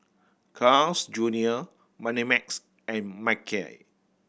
Carl's Junior Moneymax and Mackay